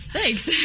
Thanks